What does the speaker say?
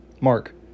Mark